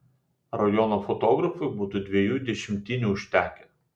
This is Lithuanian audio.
rajono fotografui būtų dviejų dešimtinių užtekę